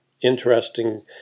Interesting